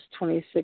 26